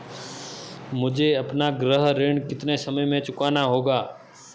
मुझे अपना गृह ऋण कितने समय में चुकाना होगा?